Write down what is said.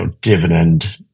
dividend